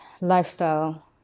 lifestyle